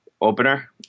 opener